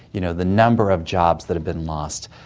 you know the number of jobs that have been lost,